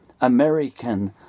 American